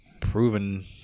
proven